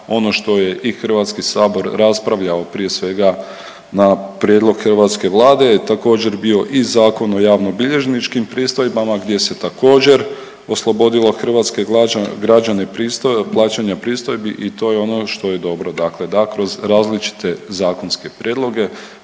ono što je i HS raspravljao prije svega na prijedlog hrvatske Vlade je također bio i Zakon o javnobilježničkim pristojbama gdje se također oslobodilo hrvatske građane plaćanja pristojbi i to je ono što je dobro, dakle da kroz različite zakonske prijedloge